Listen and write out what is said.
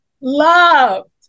loved